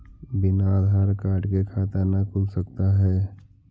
बिना आधार कार्ड के खाता न खुल सकता है?